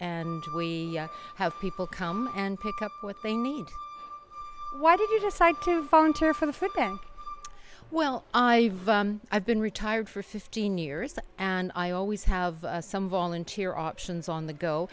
and we have people come and pick up what they need why did you decide to volunteer for the for that well i have been retired for fifteen years and i always have some volunteer options on the go